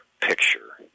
picture